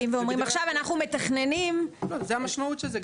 באים ואומרים: "עכשיו אנחנו מתכננים --- זוהי המשמעות של זה.